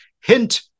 hint